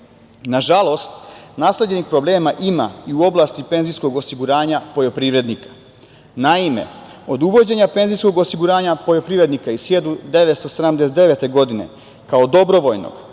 sistema. Nažalost, nasleđenih problema ima i u oblasti penzijskog osiguranja poljoprivrednika. Naime, od uvođenja penzijskog osiguranja poljoprivrednika iz 1979. godine, kao dobrovoljnog